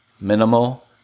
minimal